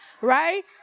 right